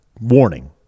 Warning